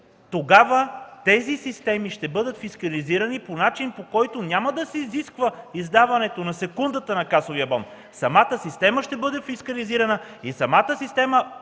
тогава тези системи ще бъдат фискализирани по начин, по който няма да се изисква издаването на секундата на касовия бон. Самата система ще бъде фискализирана и ще дава отчета